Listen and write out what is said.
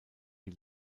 die